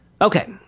Okay